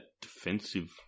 defensive